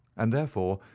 and, therefore,